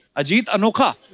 ajit anokha?